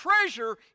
treasure